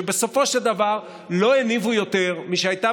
שבסופו של דבר לא הניבו יותר משהייתה